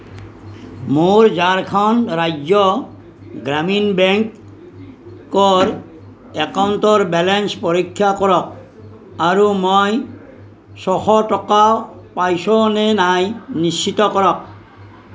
মোৰ ঝাৰখণ্ড ৰাজ্য গ্ৰামীণ বেংকৰ একাউণ্টৰ বেলেঞ্চ পৰীক্ষা কৰক আৰু মই ছশ টকা পাইছোঁ নে নাই নিশ্চিত কৰক